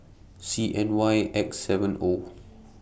C N Y X seven O